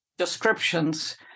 descriptions